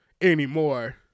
anymore